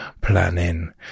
planning